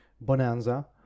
Bonanza